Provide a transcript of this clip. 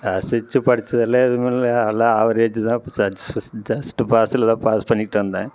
ரசிச்சு படித்ததெல்லாம் எதுவும் இல்லை எல்லாம் ஆவரேஜ் தான் ஜஸ்ட்டு பாஸ்ஸுல தான் பாஸ் பண்ணிட்டு வந்தேன்